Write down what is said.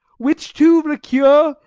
which to recure,